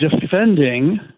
defending